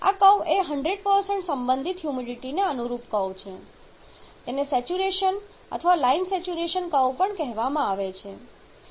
આ કર્વ એ 100 સંબંધિત હ્યુમિડિટીને અનુરૂપ કર્વ છે તેને સેચ્યુરેશન અથવા લાઈન સેચ્યુરેશન કર્વ પણ કહેવામાં આવે છે